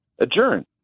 adjourn